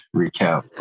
recap